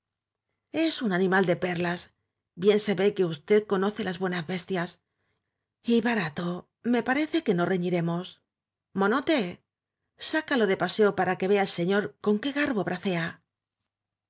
es un animal de perlas bien se ve que usted conoce las buenas bestias y barato me parece que no reñiremos monote sácalo de paseo para que vea el señor con qué garbo bracea